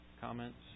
Comments